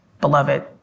Beloved